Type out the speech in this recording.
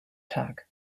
tag